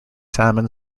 salmon